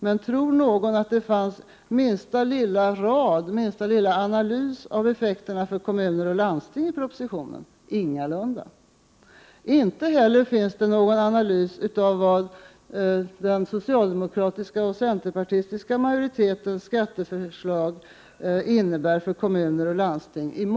Men tror någon att det fanns minsta lilla rad eller minsta lilla analys av effekterna för kommuner och landsting i propositionen? Ingalunda. Inte heller fanns det någon analys av vad den socialdemokraktiska och centerpartistiska majoritetens skatteförslag i morgondagens betänkande innebär för kommuner och landsting.